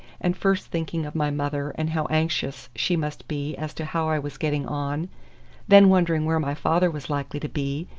and first thinking of my mother and how anxious she must be as to how i was getting on then wondering where my father was likely to be,